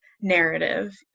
narrative